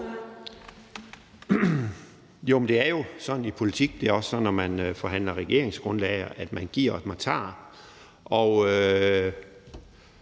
Jo, men det er jo sådan i politik – og det er også sådan, når man forhandler regeringsgrundlag – at man giver og tager.